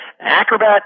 Acrobat